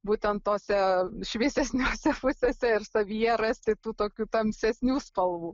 būtent tose šviesesnėse pusėse ir savyje rasti tų tokių tamsesnių spalvų